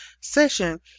session